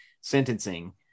sentencing